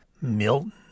Milton